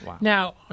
Now